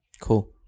Cool